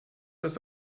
das